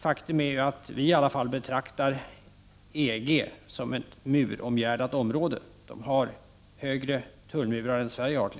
Faktum är att EG är ett muromgärdat område — EG har högre tullmurar än Sverige.